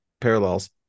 parallels